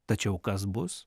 tačiau kas bus